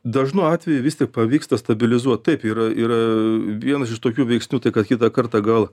dažnu atveju vis tik pavyksta stabilizuot taip yra yra vienas iš tokių veiksnių tai kad kitą kartą gal